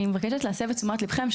אני מבקשת להסב את תשומת ליבכם לכך,